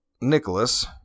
Nicholas